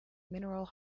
mineral